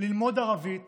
ללמוד ערבית